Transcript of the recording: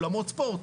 אולמות ספורט,